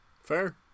Fair